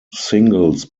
singles